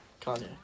Kanye